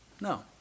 No